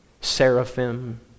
seraphim